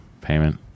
payment